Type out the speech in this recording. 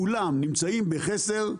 כולם נמצאים בחסר,